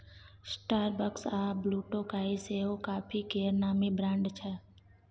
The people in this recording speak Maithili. स्टारबक्स आ ब्लुटोकाइ सेहो काँफी केर नामी ब्रांड छै